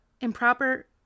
improper